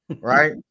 right